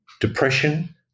depression